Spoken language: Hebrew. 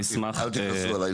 תודה רבה, אל תכעסו עליי.